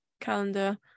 calendar